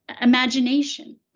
imagination